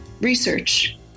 research